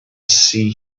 see